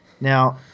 Now